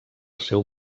seu